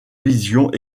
visions